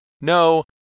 No